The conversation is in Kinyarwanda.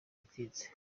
itinze